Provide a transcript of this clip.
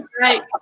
Right